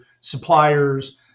suppliers